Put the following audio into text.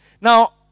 Now